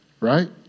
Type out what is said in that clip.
Right